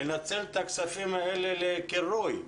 לנצל את הכספים האלה לקרוי.